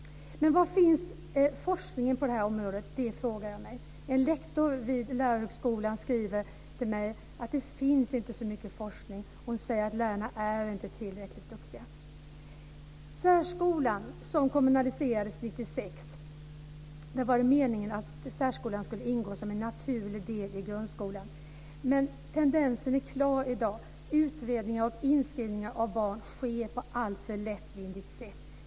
Men var finns forskningen på detta område? Det frågar jag mig. En lektor vid Lärarhögskolan skriver till mig att det inte finns så mycket forskning. Hon säger att lärarna inte är tillräckligt duktiga. Särskolan kommunaliserades 1996. Det var meningen att särskolan skulle ingå som en naturlig del i grundskolan, men tendensen är klar i dag. Utredningar och inskrivningar av barn sker på alltför lättvindigt sätt.